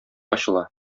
ачыла